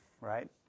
right